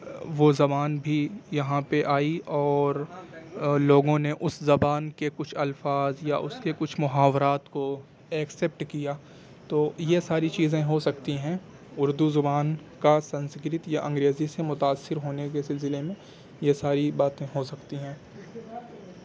وہ زبان بھی یہاں پہ آئی اور لوگوں نے اس زبان کے کچھ الفاظ یا اس کے کچھ محاورات کو ایکسپٹ کیا تو یہ ساری چیزیں ہو سکتی ہیں اردو زبان کا سنسکرت یا انگریزی سے متاثر ہونے کے سلسلے میں یہ ساری باتیں ہو سکتی ہیں